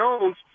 Jones